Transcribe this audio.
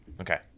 Okay